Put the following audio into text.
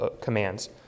commands